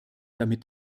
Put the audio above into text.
damit